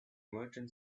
merchant